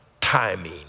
timing